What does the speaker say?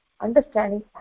understanding